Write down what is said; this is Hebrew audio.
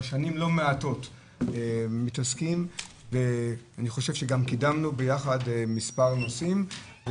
שנים לא מעטות מתעסקים בזה ואני חושב שגם קידמנו ביחד מספר נושאים.